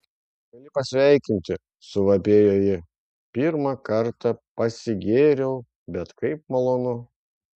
gali pasveikinti suvapėjo ji pirmą kartą pasigėriau bet kaip malonu